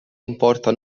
importa